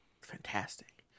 Fantastic